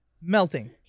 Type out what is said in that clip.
melting